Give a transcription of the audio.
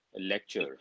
lecture